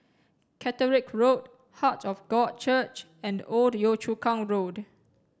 Catterick Road Heart of God Church and Old Yio Chu Kang Road